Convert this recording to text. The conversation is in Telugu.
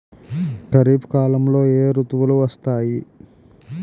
ఖరిఫ్ కాలంలో ఏ ఋతువులు వస్తాయి?